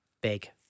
big